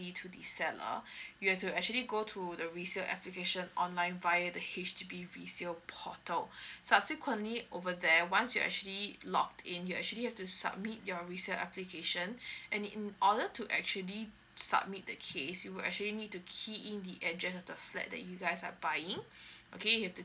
fee to the seller you have to actually go to the resale application online via the H_D_B resale portal subsequently over there once you actually login you actually have to submit your resale application and in order to actually submit the case you will actually need to key in the address of the flat that you guys are buying okay you have to